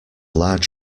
large